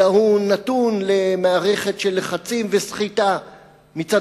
אלא הוא נתון למערכת של לחצים וסחיטה מצד